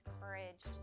encouraged